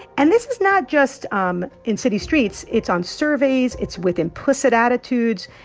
and this is not just um in city streets. it's on surveys. it's with implicit attitudes.